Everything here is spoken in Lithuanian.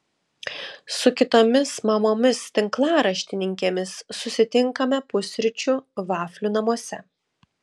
su kitomis mamomis tinklaraštininkėmis susitinkame pusryčių vaflių namuose